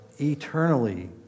eternally